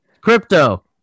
Crypto